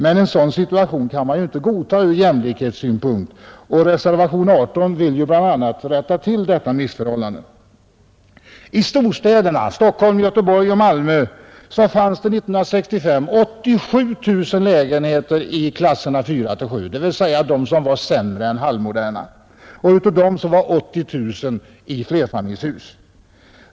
Men en sådan situation kan inte godtas ur jämlikhetssynpunkt. Reservation 18 vill rätta till detta missförhållande. I storstäderna Stockholm, Göteborg och Malmö fanns 1965 cirka 87 000 lägenheter i klasserna 4—7, dvs. de som är sämre än halvmoderna, och av dem låg 80000 i flerfamiljshus.